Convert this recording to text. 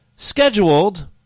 Scheduled